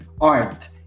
art